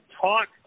talk